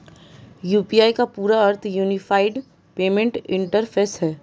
UPI का पूरा अर्थ यूनिफाइड पेमेंट इंटरफ़ेस है